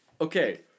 Okay